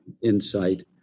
insight